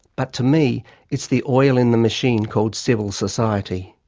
but to me it's the oil in the machine called civil society.